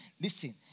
Listen